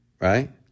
right